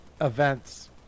events